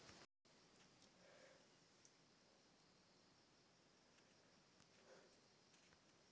angel निवेशक सेहो नया व्यवसाय मे निवेश करै छै